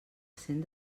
cent